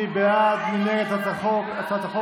מי בעד, מי נגד הצעת החוק?